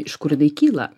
iš kur jinai kyla